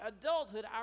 adulthood